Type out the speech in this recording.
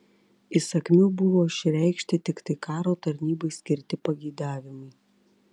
įsakmiau buvo išreikšti tiktai karo tarnybai skirti pageidavimai